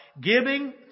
Giving